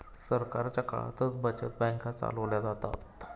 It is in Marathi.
सरकारच्या काळातच बचत बँका चालवल्या जातात